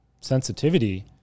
sensitivity